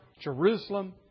Jerusalem